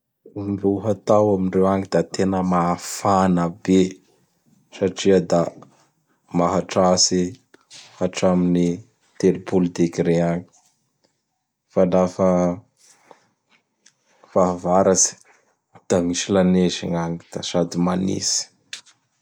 Gn lohatao amindreo agny da tena mafana be satria da mahatratsy hatramin'ny telopolo degre agny. Fa lafa fahavaratsy da misy lanezy gn'agny da sady manitsy.